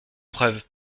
preuve